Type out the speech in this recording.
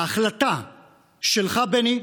ההחלטה שלך, בני,